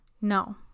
No